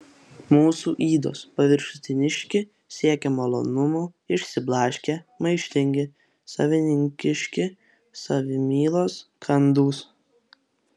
mūsų ydos paviršutiniški siekią malonumų išsiblaškę maištingi savininkiški savimylos kandūs